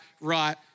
right